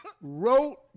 wrote